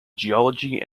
geology